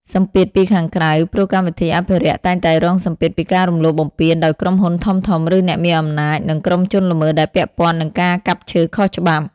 សម្ពាធពីខាងក្រៅ ព្រោះកម្មវិធីអភិរក្សតែងតែរងសម្ពាធពីការរំលោភបំពានដោយក្រុមហ៊ុនធំៗ ឬអ្នកមានអំណាច និងក្រុមជនល្មើសដែលពាក់ព័ន្ធនឹងការកាប់ឈើខុសច្បាប់។